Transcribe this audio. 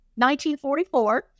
1944